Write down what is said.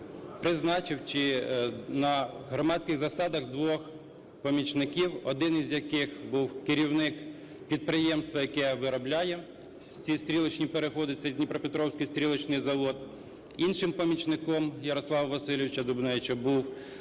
призначив на громадських засадах двох помічників, один із яких був керівник підприємства, яке виробляє всі стрілочні переходи - це "Дніпропетровський стрілочний завод", іншим помічником Ярослава Васильовича Дубневича був